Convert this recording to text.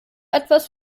etwas